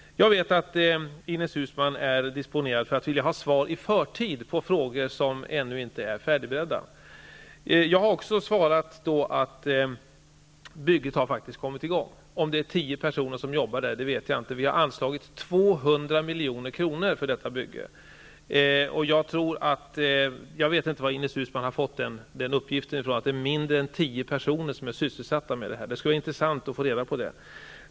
Jag vet att Ines Uusmann är disponerad för att vilja ha svar i förtid på frågor som ännu inte är färdigberedda. Jag har också svarat att bygget faktiskt har kommit i gång. Om det är tio personer som arbetar med det vet jag inte, men vi har anslagit 200 milj.kr. för detta bygge. Jag vet inte varifrån Ines Uusmann har fått uppgiften att mindre än tio personer är sysselsatta med detta. Det skulle vara intressant att få reda på det.